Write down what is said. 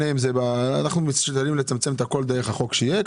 אנחנו משתדלים לצמצם את הכול דרך החוק שיהיה,